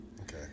Okay